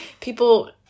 people